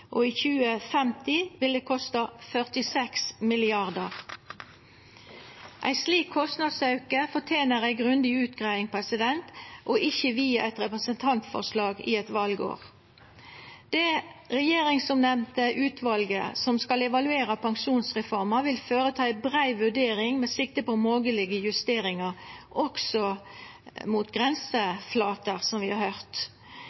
og i 2050 vil det kosta 46 mrd. kr. Ein slik kostnadsauke fortener ei grundig utgreiing, og ikkje via eit representantforslag i eit valår. Det regjeringsoppnemnde utvalet som skal evaluera pensjonsreforma, vil gjera ei brei vurdering med sikte på moglege justeringar, også mot grenseflater, som vi har høyrt.